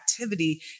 activity